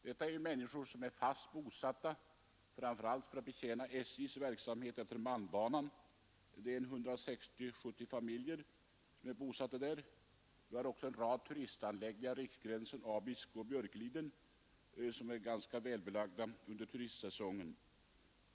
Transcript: De människor som är fast bosatta där uppe skall framför allt betjäna SJ:s verksamhet utefter malmbanan. Det är 160—170 familjer som bor där. Det finns också en rad turistanläggningar, i Riksgränsen, Abisko och Björkliden, som är ganska välbelagda under turistsäsongen.